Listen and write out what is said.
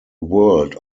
world